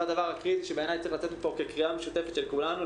זה הדבר הקריטי שבעיניי צריך לצאת מפה כקריאה משותפת של כולנו,